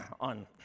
on